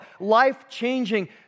life-changing